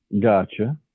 Gotcha